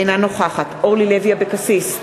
אינה נוכחת אורלי לוי אבקסיס,